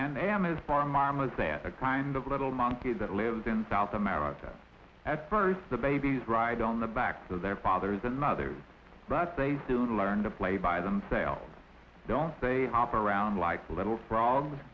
a kind of little monkey that lives in south america at first the babies ride on the backs of their fathers and mothers but they soon learn to play by them sail don't they hop around like a little frog